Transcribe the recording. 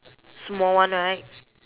small one right